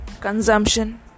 consumption